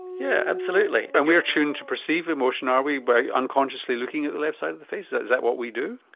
yeah absolutely. and we are tuned to perceive emotion, are we, by unconsciously looking at the left side of the face? is that is that what we do?